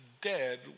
dead